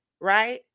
right